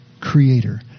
creator